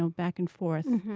um back and forth.